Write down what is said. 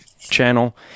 channel